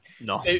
no